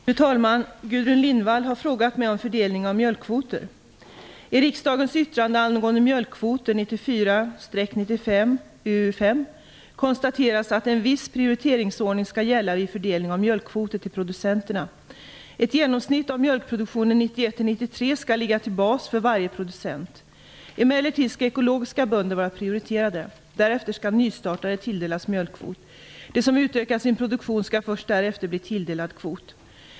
Fru talman! Gudrun Lindvall har frågat mig om fördelningen av mjölkkvoter. I riksdagens yttrande angående mjölkkvoter konstateras att en viss prioriteringsordning skall gälla vid fördelningen av mjölkkvoter till producenterna. Ett genomsnitt av mjölkproduktionen 1991-1993 skall ligga som bas för varje producent. Emellertid skall ekologiska bönder vara prioriterade. Därefter skall nystartare tilldelas mjölkkvot. Den som utökat sin produktion skall först därefter bli tilldelad kvot.